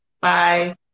Bye